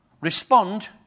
respond